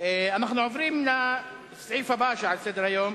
אנחנו עוברים לסעיף הבא שעל סדר-היום: